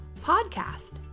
podcast